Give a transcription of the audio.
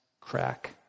crack